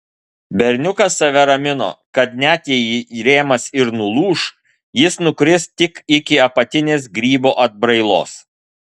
berniukas save ramino kad net jei rėmas ir nulūš jis nukris tik iki apatinės grybo atbrailos